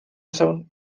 saun